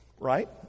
right